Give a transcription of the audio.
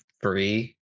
free